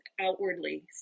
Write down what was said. outwardly